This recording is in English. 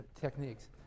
techniques